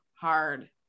hard